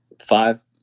Five